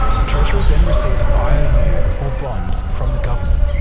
the treasury then receives an iou or bond from the government.